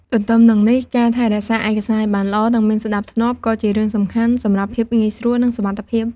ទទ្ទឹមនឹងនេះ ការថែរក្សាឯកសារឲ្យបានល្អ និងមានសណ្ដាប់ធ្នាប់ ក៏ជារឿងសំខាន់សម្រាប់ភាពងាយស្រួល និងសុវត្ថិភាព។